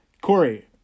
Corey